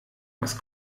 was